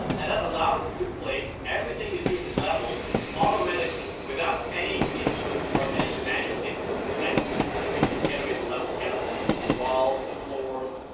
and that allows us to place everything you see in this level automatically, without any input or any manual input. so we can generate the level skeleton, the walls, the floors,